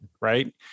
right